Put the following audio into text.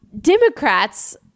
Democrats